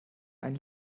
ein